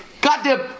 Goddamn